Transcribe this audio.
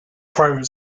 private